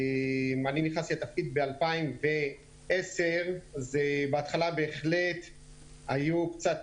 אני נכנסתי לתפקיד ב-2010 ובהתחלה בהחלט היו קצת